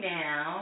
now